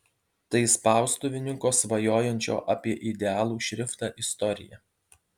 tai spaustuvininko svajojančio apie idealų šriftą istorija